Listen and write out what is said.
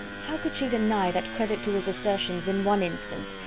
how could she deny that credit to his assertions in one instance,